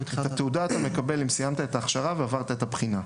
את התעודה אתה מקבל אם סיימת את ההכשרה ועברת את הבחינה.